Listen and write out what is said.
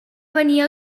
venia